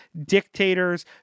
dictators